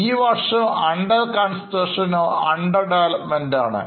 ഈ വർഷം under construction or under developmentആണ്